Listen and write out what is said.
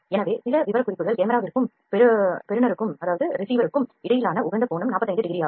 எனவே சில விவரக்குறிப்புகள் கேமராவிற்கும் பெறுநருக்கும் ரிசீவர் கும் இடையிலான உகந்த கோணம் 45 டிகிரி ஆகும்